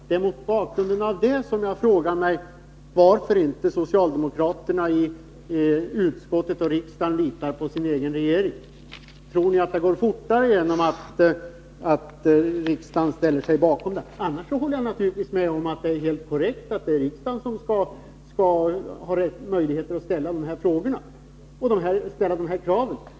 Det är mot denna bakgrund som jag frågar mig varför socialdemokraterna i utskottet och i kammaren inte litar på sin egen regering. Tror ni att det skulle gå fortare genom att riksdagen ställde sig bakom detta? Annars håller jag naturligtvis med om att det är helt korrekt att det är riksdagen som skall ha möjlighet att ställa de här kraven.